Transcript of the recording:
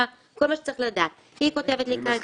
תכבה דאטה, תכבה wifi, תרחיק